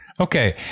Okay